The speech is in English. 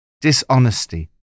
dishonesty